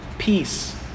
Peace